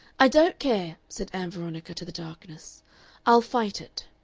i don't care, said ann veronica to the darkness i'll fight it.